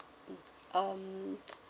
um